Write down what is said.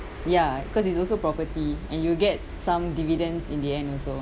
ya cause it's also property and you'll get some dividends in the end also